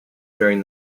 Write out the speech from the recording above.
during